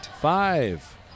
five